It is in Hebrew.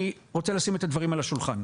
אני רוצה לשים את הדברים על השולחן: